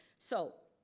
so,